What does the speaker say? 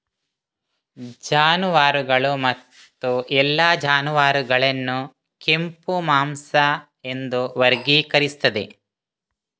ಜಾನುವಾರುಗಳು ಮತ್ತು ಎಲ್ಲಾ ಜಾನುವಾರುಗಳನ್ನು ಕೆಂಪು ಮಾಂಸ ಎಂದು ವರ್ಗೀಕರಿಸುತ್ತದೆ